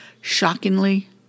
shockingly